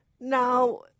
Now